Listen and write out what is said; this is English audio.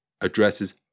addresses